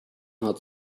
not